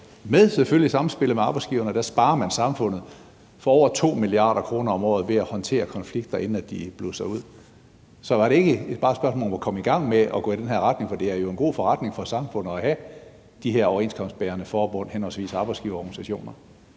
i samspil med arbejdsgiverne, samfundet for over 2 mia. kr. om året ved at håndtere konflikter, inden de blusser op. Så er det ikke bare et spørgsmål om at komme i gang med at gå i den her retning? For det er jo en god forretning for samfundet at have henholdsvis de her overenskomstbærende forbund og arbejdsgiverorganisationer.